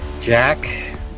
Jack